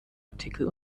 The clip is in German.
artikel